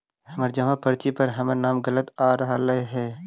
हमर जमा पर्ची पर हमर नाम गलत आ रहलइ हे